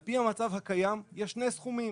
על פי המצב הקיים יש שני סכומים,